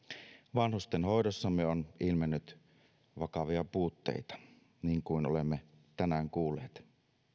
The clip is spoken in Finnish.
vanhustenhoidossamme on ilmennyt vakavia puutteita niin kuin olemme tänään kuulleet